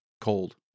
cold